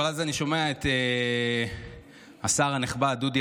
אבל אז אני שומע את השר הנכבד דודי